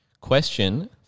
Question